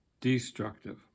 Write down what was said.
Destructive